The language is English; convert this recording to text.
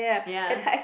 ya